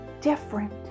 different